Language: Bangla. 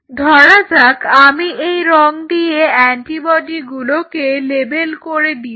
ধরা যাক আমি এই রং দিয়ে অ্যান্টিবডিগুলোকে লেবেল করে দিচ্ছি